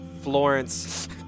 Florence